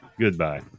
Goodbye